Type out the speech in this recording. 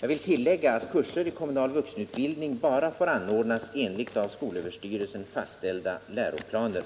Jag vill tillägga att kurser i kommunal vuxenutbildning bara får anordnas enligt av skolöverstyrelsen fastställda läroplaner.